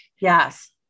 Yes